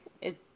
It